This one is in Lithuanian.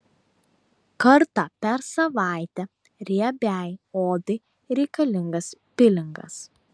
kartą per savaitę riebiai odai reikalingas pilingas